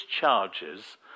charges